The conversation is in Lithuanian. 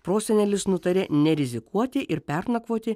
prosenelis nutarė nerizikuoti ir pernakvoti